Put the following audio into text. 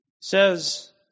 says